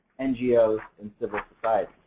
ngos, and civil society.